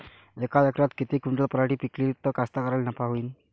यका एकरात किती क्विंटल पराटी पिकली त कास्तकाराइले नफा होईन?